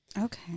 okay